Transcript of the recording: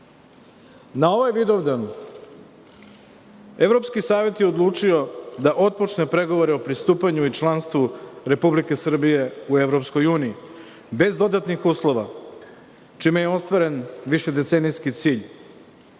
ovaj Vidovdan, Evropski savet je odlučio da otpočne pregovore o pristupanju i članstvu Republike Srbije u EU, bez dodatnih uslova, čime je ostvaren višedecenijski cilj.